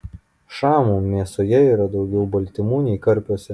šamų mėsoje yra daugiau baltymų nei karpiuose